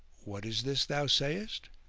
what is this thou sayest?